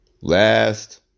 Last